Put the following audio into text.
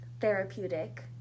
therapeutic